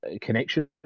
connection